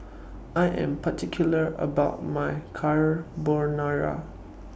I Am particular about My Carbonara